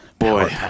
boy